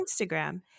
Instagram